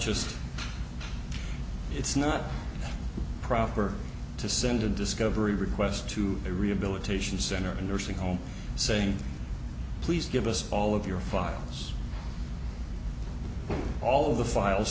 just it's not proper to send a discovery request to a rehabilitation center a nursing home saying please give us all of your files all of the files